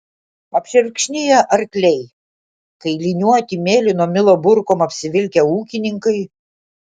apšerkšniję arkliai kailiniuoti mėlyno milo burkom apsivilkę ūkininkai